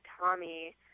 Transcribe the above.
tommy